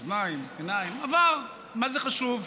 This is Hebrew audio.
אוזניים, עיניים, עבר, מה זה חשוב.